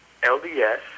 LDS